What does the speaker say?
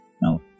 No